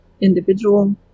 individual